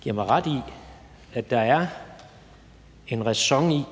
giver mig ret i, at der er en ræson i,